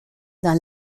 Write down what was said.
dans